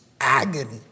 Agony